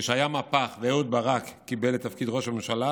כשהיה מהפך ואהוד ברק קיבל את תפקיד ראש הממשלה,